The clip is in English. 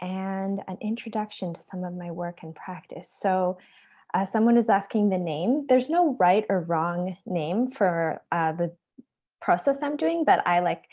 and an introduction to some of my work in practice. so someone is asking the name. there's no right or wrong name for the process i'm doing, but like